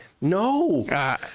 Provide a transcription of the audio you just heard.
no